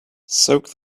soak